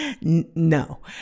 No